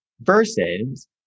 versus